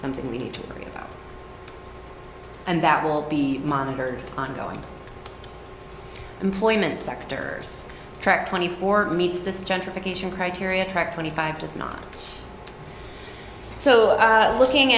something we need to worry about and that will be monitored ongoing employment sector track twenty four meets this gentrification criteria track twenty five just not so looking